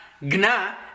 Gna